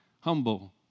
humble